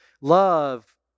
Love